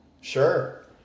Sure